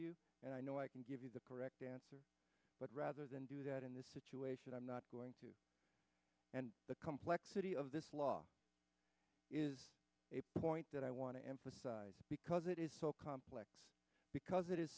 you and i know i can give you the correct answer but rather than do that in this situation i'm not going to and the complexity of this law is a point that i want to emphasize because it is so complex because it is